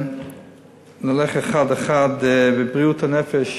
נלך אחד אחד: בבריאות הנפש,